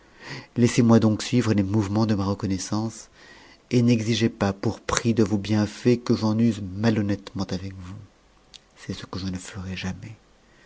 laissezinoi donc suivre les mouvements de ma reconnaissance et n'exigez pas pour prix de vos bienfaits que j'en use malhonnêtement avec vous c'est ce que je ne ferai jamais